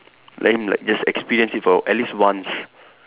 let him like just experience it for at least once